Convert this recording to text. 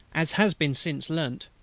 as has been since learnt,